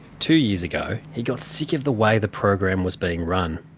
two years ago he got sick of the way the program was being run.